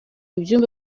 ibyumba